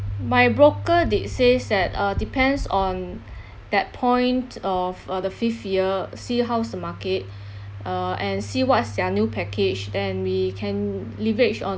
my broker did says that uh depends on that point of uh the fifth year see how's the market uh and see what's their new package then we can leverage on